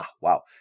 wow